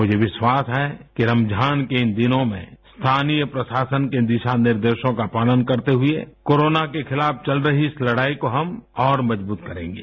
मुझे विस्वास है कि रमजान के इन दिनों में स्थानीय प्रशासन के दिशा निर्देशों का पालन करते हुए कोरोना के खिलाफ चल रही इस तक़ाई को हम और मजबूत करेंगे